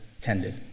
tended